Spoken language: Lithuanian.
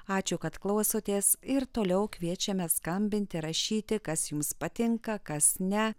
ačiū kad klausotės ir toliau kviečiame skambinti rašyti kas jums patinka kas ne